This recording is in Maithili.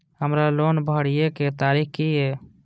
हमर लोन भरए के तारीख की ये?